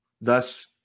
Thus